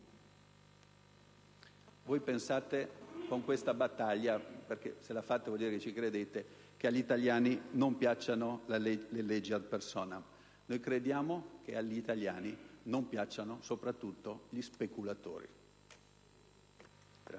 Voi pensate, conducendo questa battaglia (e se la fate vuol dire che ci credete), che agli italiani non piacciano le leggi *ad personam*. Noi crediamo, invece, che agli italiani non piacciano soprattutto gli speculatori.